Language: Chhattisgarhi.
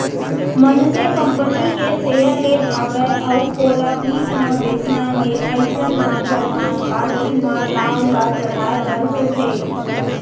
मनसे कंपनी के सेयर ले हवय अउ ओला बीच म बेंचना हे अइसन म परमान पाती म नांव ल चढ़हाय बर होथे